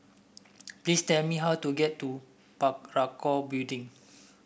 please tell me how to get to Parakou Building